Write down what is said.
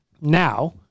now